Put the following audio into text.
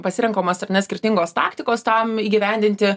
pasirenkomas ar ne skirtingos taktikos tam įgyvendinti